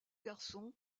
garçons